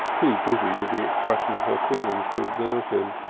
too busy with the expression of her feelings to observe him.